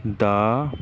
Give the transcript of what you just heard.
ਦਾ ਸਾਹਮਣਾ